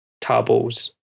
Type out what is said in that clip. tables